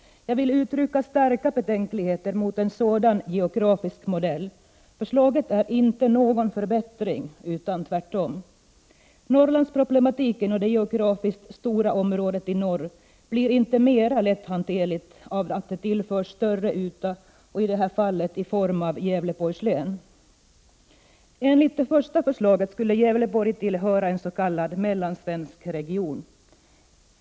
Jag vill uttrycka starka betänkligheter mot en sådan geografisk modell. Förslaget innebär inte någon förbättring, utan tvärtom. Norrlandsproblemet och det geografiskt stora området i norr blir inte mer lätthanterligt av att man tillför större yta, i detta fall Gävleborgs län. Enligt det första förslaget skulle Gävleborgs län tillhöra en s.k. mellansvensk region.